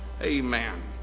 Amen